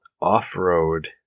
Off-road